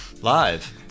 live